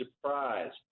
surprised